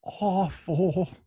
awful